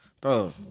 bro